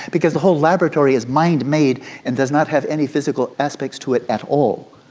because the whole laboratory is mind-made and does not have any physical aspects to it at all.